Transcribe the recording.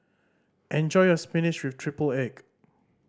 enjoy your spinach with triple egg